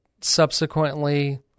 subsequently